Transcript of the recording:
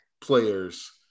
players